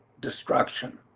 destruction